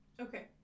okay